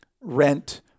rent